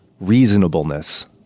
reasonableness